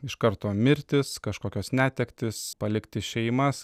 iš karto mirtys kažkokios netektys palikti šeimas